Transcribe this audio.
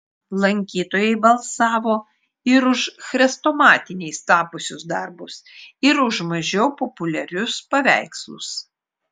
lankytojai balsavo ir už chrestomatiniais tapusius darbus ir už mažiau populiarius paveikslus